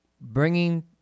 bringing